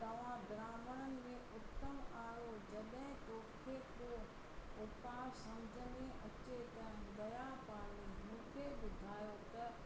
तव्हां ब्राहमणन में उत्तम आहियो जॾहिं तोखे को उपाए सम्झ में अचे त दया पाले मूंखे ॿुधायो त